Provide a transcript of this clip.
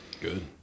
Good